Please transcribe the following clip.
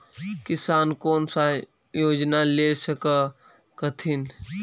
किसान कोन सा योजना ले स कथीन?